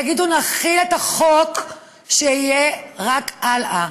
תגידו: נחיל את החוק שיהיה רק הלאה.